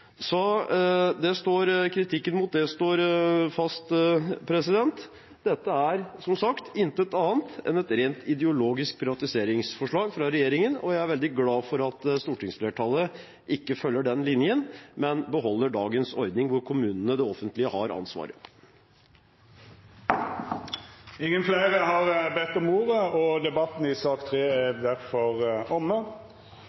Kritikken mot det står fast. Dette er, som sagt, intet annet enn et rent ideologisk privatiseringsforslag fra regjeringen. Jeg er veldig glad for at stortingsflertallet ikke følger den linjen, men beholder dagens ordning, hvor kommunene og det offentlige har ansvaret. Fleire har ikkje bedt om ordet til sak nr. 3. Etter ønske frå kommunal- og